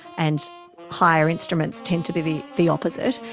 and higher instruments tend to be the the opposite.